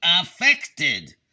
affected